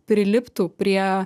priliptų prie